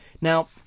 Now